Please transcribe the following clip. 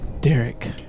Derek